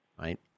Right